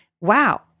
wow